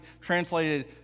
translated